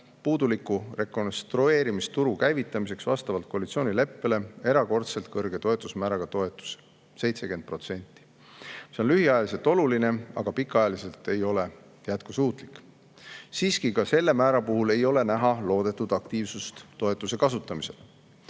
puuduliku rekonstrueerimisturu käivitamiseks vastavalt koalitsioonileppele erakordselt kõrge toetusmääraga toetuse: 70%. See on lühiajaliselt oluline, aga pikaajaliselt ei ole jätkusuutlik. Siiski, ka selle määra puhul ei ole näha loodetud aktiivsust toetuse kasutamisel.